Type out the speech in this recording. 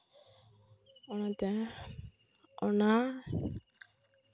ᱚᱱᱟᱛᱮ ᱚᱱᱟ